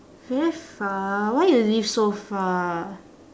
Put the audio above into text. very far why you live so far